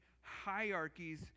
hierarchies